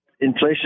inflation